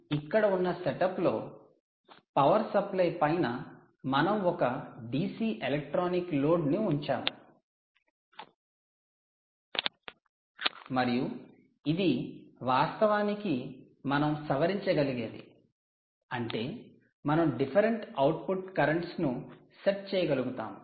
కాబట్టి ఇక్కడ ఉన్న సెటప్ లో పవర్ సప్లై పైన మనం ఒక DC ఎలక్ట్రానిక్ లోడ్ను ఉంచాము మరియు ఇది వాస్తవానికి మనం సవరించగలిగేది అంటే మనం డిఫరెంట్ ఔట్పుట్ కర్రెంట్స్ ను సెట్ చేయగలుగుతాము